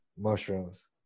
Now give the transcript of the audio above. mushrooms